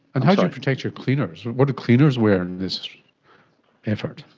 and how do you protect your cleaners, what do cleaners wear in this effort?